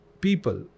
people